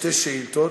שתי שאילתות,